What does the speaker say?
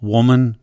Woman